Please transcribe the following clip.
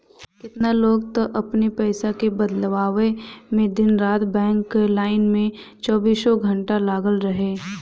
केतना लोग तअ अपनी पईसा के बदलवावे में दिन रात बैंक कअ लाइन में चौबीसों घंटा लागल रहे